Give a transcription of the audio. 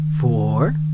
four